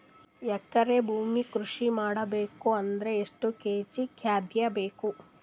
ಎಕರೆ ಭೂಮಿ ಕೃಷಿ ಮಾಡಬೇಕು ಅಂದ್ರ ಎಷ್ಟ ಕೇಜಿ ಖಾದ್ಯ ಬೇಕು?